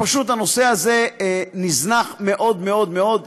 פשוט הנושא הזה נזנח מאוד מאוד מאוד מאוד.